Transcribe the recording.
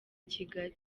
kigali